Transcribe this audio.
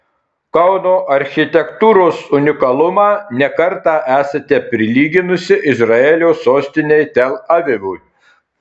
kauno architektūros unikalumą ne kartą esate prilyginusi izraelio sostinei tel avivui